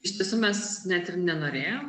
iš tiesų mes net ir nenorėjom